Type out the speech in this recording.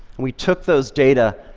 we took those data,